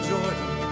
Jordan